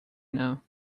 know